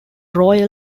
royal